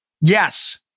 yes